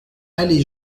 allée